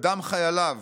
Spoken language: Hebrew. ובדם חייליו